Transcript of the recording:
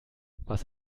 was